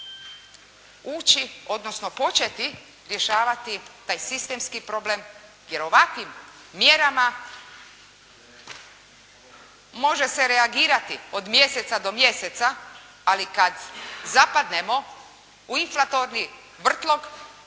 ući, odnosno početi rješavati taj sistemski problem, jer ovakvim mjerama može se reagirati od mjeseca do mjeseca, ali kad zapadnemo u inflatorni vrtlog,